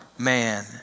man